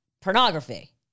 pornography